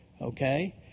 Okay